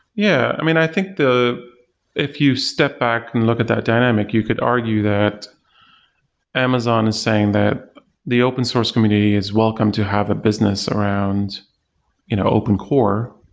yeah. i mean, i think if you step back and look at that dynamic, you could argue that amazon is saying that the open source community is welcome to have a business around you know open core,